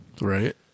Right